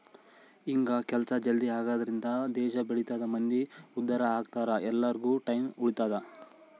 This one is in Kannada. ಹಿಂಗ ಕೆಲ್ಸ ಜಲ್ದೀ ಆಗದ್ರಿಂದ ದೇಶ ಬೆಳಿತದ ಮಂದಿ ಉದ್ದಾರ ಅಗ್ತರ ಎಲ್ಲಾರ್ಗು ಟೈಮ್ ಉಳಿತದ